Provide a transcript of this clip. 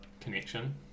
connection